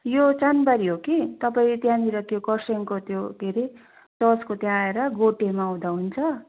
यो चाँदबारी हो कि तपाईँ त्यहाँनिर त्यो खरसाङको त्यो के अरे चर्चको त्यहाँ आएर गोटेमा आउँदा हुन्छ